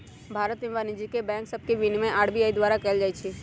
भारत में वाणिज्यिक बैंक सभके विनियमन आर.बी.आई द्वारा कएल जाइ छइ